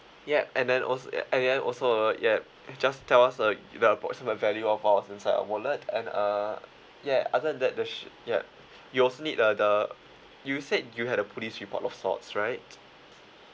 yup and then also yeah and then also uh yup you just tell us the the approximate value of vaults inside your wallet and uh ya other than that the sh~ yeah you also need uh the you said you have the police report of sorts right